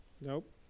Nope